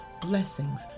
blessings